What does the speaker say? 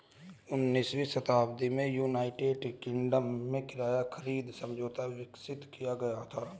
उन्नीसवीं शताब्दी में यूनाइटेड किंगडम में किराया खरीद समझौता विकसित किया गया था